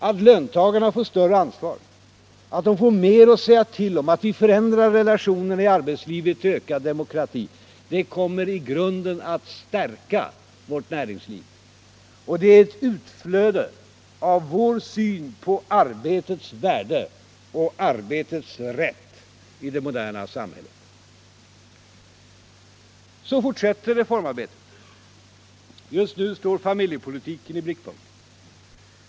Att löntagarna får större ansvar, att de får mer att säga till om, att vi förändrar relationerna i arbetslivet till ökad demokrati — det kommer att i grunden stärka vårt näringsliv. Och det är ett utflöde av vår syn på arbetets värde och arbetets rätt i det moderna samhället. Så fortsätter reformarbetet. Just nu står familjepolitiken i blickpunkten.